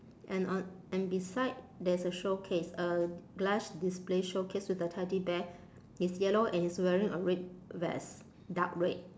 and on and beside there's a showcase a glass display showcase with a teddy bear he's yellow and he's wearing a red vest dark red